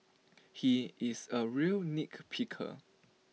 he is A real nitpicker